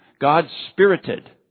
God-spirited